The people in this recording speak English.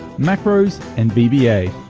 macros and vba.